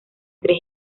tres